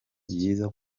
byiza